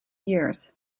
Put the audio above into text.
years